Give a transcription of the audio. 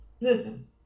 Listen